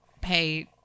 pay